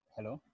Hello